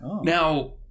Now